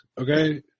okay